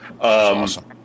awesome